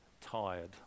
Tired